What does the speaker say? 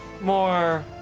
more